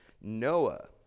Noah